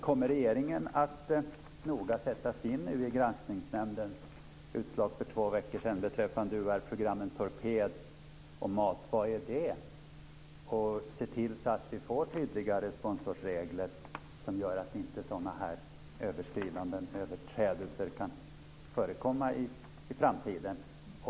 Kommer regeringen att noga sätta sig in i Granskningsnämndens utslag för två veckor sedan beträffande UR-programmen Torped och Mat, vad är det? och se till att vi får tydligare sponsorsregler så att inte sådana här överträdelser kan förekomma i framtiden?